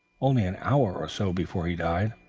only an hour or so before he died?